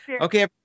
Okay